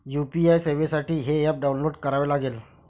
UPI सेवेसाठी हे app download करावे लागेल